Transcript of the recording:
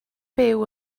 byw